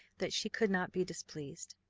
that she could not be displeased.